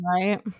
Right